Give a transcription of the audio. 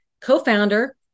co-founder